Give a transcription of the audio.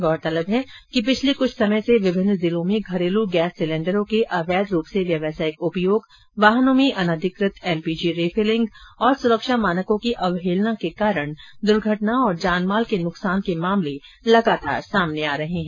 गौरतलब है कि पिछले कुछ समय से विभिन्न जिलों में घरेलू गैस सिलेण्डरों के अवैध रूप से व्यवसायिक उपयोग वाहनों में अनाधिकृत एलपीजी रिफिलिंग और सुरक्षा मानकों की अवेहलना के कारण दुर्घटना तथा जान माल के नुकसान के मामले लगातार सामने आ रहे हैं